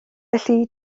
felly